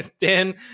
Dan